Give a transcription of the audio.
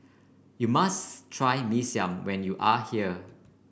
you must try Mee Siam when you are here